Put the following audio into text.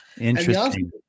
Interesting